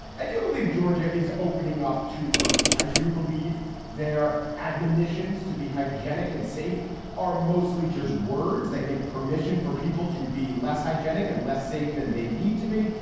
i do believe georgia is opening up too early. i do believe there admonitions to be hygenic and safe are mostly just words that give permission for people to be less hygienic and less safe than they need to be.